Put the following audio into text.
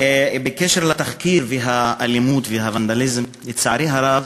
בקשר לתחקיר והאלימות והוונדליזם, לצערי הרב,